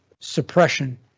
suppression